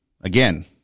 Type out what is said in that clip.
Again